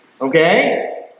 Okay